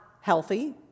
healthy